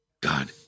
God